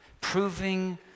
proving